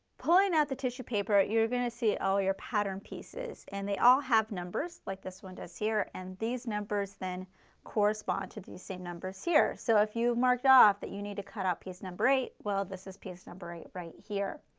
pulling out the tissue paper, ah you are going to see all your pattern pieces. and they all have numbers like this one does here and these numbers then correspond to the same numbers here. so if you mark it off that you need to cut out piece number eight, well this is piece number eight right here.